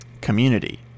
Community